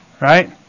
Right